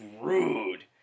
rude